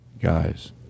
Guys